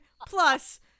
plus